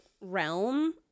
realm